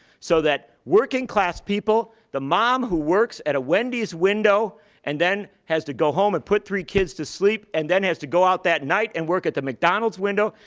so that working class people, the mom who works at a wendy's window and then has to go home and put three kids to sleep and then has to go out that night and work at the mcdonald's window,